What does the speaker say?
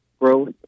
growth